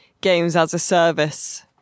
games-as-a-service